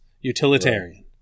utilitarian